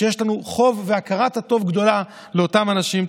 ויש לנו חוב והכרת הטוב גדולה לאותם אנשים.